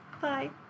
Bye